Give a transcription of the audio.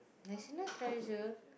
national treasure